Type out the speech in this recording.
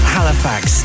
Halifax